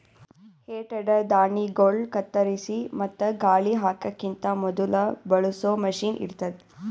ಹೇ ಟೆಡರ್ ಧಾಣ್ಣಿಗೊಳ್ ಕತ್ತರಿಸಿ ಮತ್ತ ಗಾಳಿ ಹಾಕಕಿಂತ ಮೊದುಲ ಬಳಸೋ ಮಷೀನ್ ಇರ್ತದ್